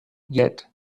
yet